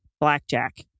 Blackjack